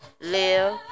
Live